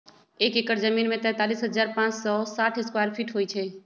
एक एकड़ जमीन में तैंतालीस हजार पांच सौ साठ स्क्वायर फीट होई छई